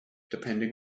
depending